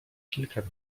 kilka